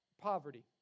poverty